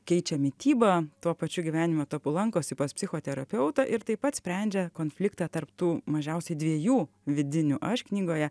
keičia mitybą tuo pačiu gyvenimo etapu lankosi pas psichoterapeutą ir taip pat sprendžia konfliktą tarp tų mažiausiai dviejų vidinių aš knygoje